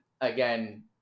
Again